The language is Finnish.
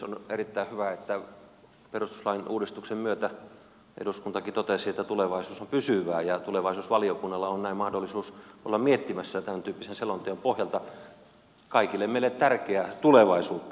on erittäin hyvä että perustuslain uudistuksen myötä eduskuntakin totesi että tulevaisuus on pysyvää ja tulevaisuusvaliokunnalla on näin mahdollisuus olla miettimässä tämäntyyppisen selonteon pohjalta kaikille meille tärkeää tulevaisuutta